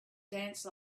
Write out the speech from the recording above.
dance